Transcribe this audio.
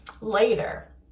later